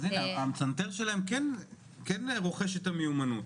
אז המצנתר שלהם כן רוכש את המיומנות.